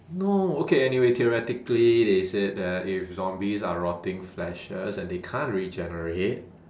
no okay anyway theoretically they said that if zombies are rotting fleshes and they can't regenerate